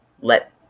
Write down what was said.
let